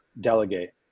delegate